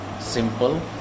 simple